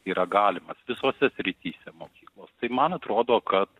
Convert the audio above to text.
yra galimas visose srityse mokyklos tai man atrodo kad